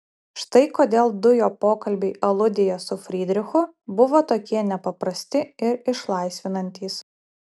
štai kodėl du jo pokalbiai aludėje su frydrichu buvo tokie nepaprasti ir išlaisvinantys